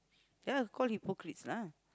yeah call hypocrites lah